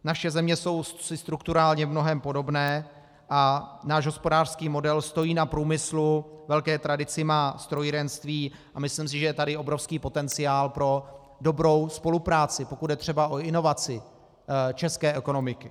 Naše země jsou si strukturálně v mnohém podobné a náš hospodářský model stojí na průmyslu, velkou tradici má strojírenství a myslím si, že je tady obrovský potenciál pro dobrou spolupráci, pokud jde třeba o inovaci české ekonomiky.